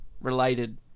related